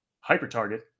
hyper-target